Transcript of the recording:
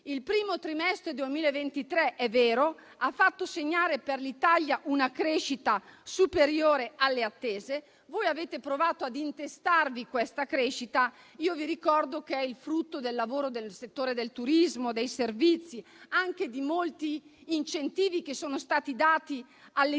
Il primo trimestre 2023 - è vero - ha fatto segnare all'Italia una crescita superiore alle attese. Voi avete provato ad intestarvi questa crescita, ma vi ricordo che è il frutto del lavoro nel settore del turismo e dei servizi e anche dei molti incentivi che sono stati dati all'edilizia.